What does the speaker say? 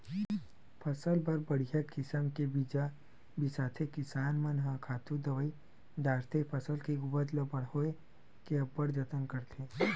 फसल बर बड़िहा किसम के बीजा बिसाथे किसान मन ह खातू दवई डारथे फसल के उपज ल बड़होए के अब्बड़ जतन करथे